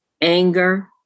anger